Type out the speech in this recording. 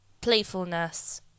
Playfulness